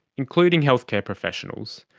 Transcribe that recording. including healthcare professionals,